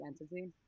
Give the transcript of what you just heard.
entity